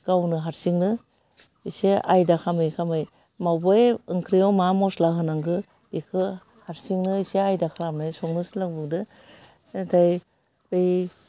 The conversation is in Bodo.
गावनो हारसिंनो एसे आयदा खालामै खालामै मावबाय ओंख्रियाव मा मस्ला होनांगौ बेखौ हारसिंनो एसे आयदा खालामनानै संनो सोलोंबोदों नाथाय बै